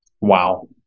wow